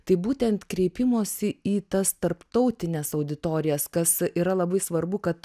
tai būtent kreipimosi į tas tarptautines auditorijas kas yra labai svarbu kad